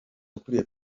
ukuriye